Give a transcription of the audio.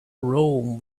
rome